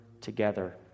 together